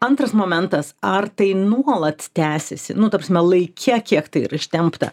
antras momentas ar tai nuolat tęsiasi nu ta prasme laike kiek tai yra ištempta